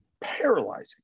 Paralyzing